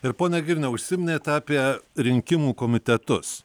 ir pone girniau užsiminėt apie rinkimų komitetus